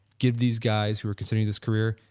give these guys who are considering this career?